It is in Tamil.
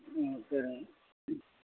ம் சரி